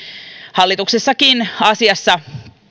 hallituksessakin asiasta